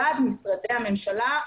משרדי הממשלה,